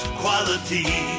quality